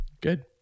Good